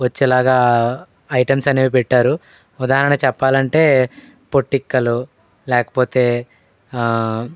వచ్చేలాగా ఐటమ్స్ అనేవి పెట్టారు ఉదాహరణకి చెప్పాలంటే పొట్టిక్కలు లేకపోతే